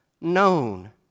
known